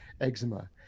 eczema